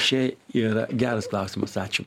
čia yra geras klausimas ačiū